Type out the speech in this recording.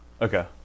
Okay